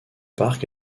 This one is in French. parc